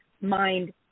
mind